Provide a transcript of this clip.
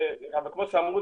כמו שאמרו,